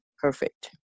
perfect